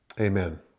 Amen